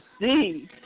see